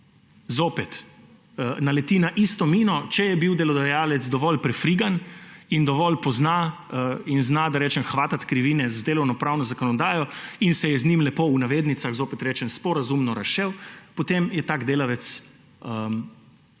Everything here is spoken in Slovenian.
Zopet naleti na isto mino; če je bil delodajalec dovolj prefrigan in dovolj pozna in zna, da rečem, hvatati krivine z delovnopravno zakonodajo in se je z njim lepo – v navednicah zopet rečem – sporazumno razšel, potem je tak delavec zopet